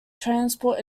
transport